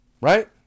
right